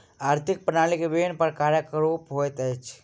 आर्थिक प्रणाली के विभिन्न प्रकारक रूप होइत अछि